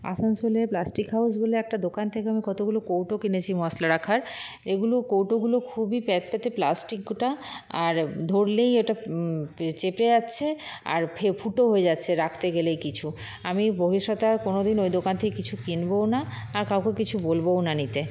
আসানসোলে plastic house বলে একটা দোকান থেকে আমি কতগুলো কৌটো কিনেছি মশলা রাখার এইগুলো কৌটোগুলো খুবই প্যাতপ্যাতে প্লাস্টিকটা আর ধরলেই এটা চেপে যাচ্ছে আর ফুটো হয়ে যাচ্ছে রাখতে গেলেই কিছু আমি ভবিষ্যতে আর কোনোদিন ওই দোকান থেকে কিছু কিনবোও না আর কাউকে কিছু বলবোও না নিতে